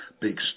Big